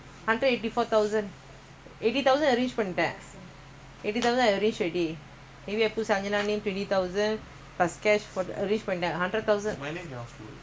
eighty thousand arranged ready twenty thousand first cash reach பண்ணிட்டேன்:pannitteen